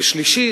ושלישי,